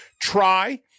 try